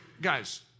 guys